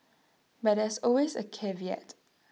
but there's always A caveat